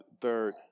Third